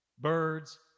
birds